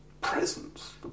presence